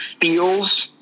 feels